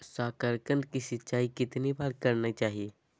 साकारकंद की सिंचाई कितनी बार करनी चाहिए?